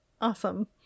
Awesome